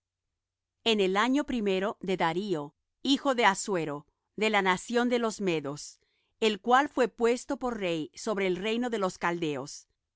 en el año primero de darío hijo de assuero de la nación de los medos el cual fué puesto por rey sobre el reino de los caldeos